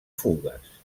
fugues